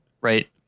Right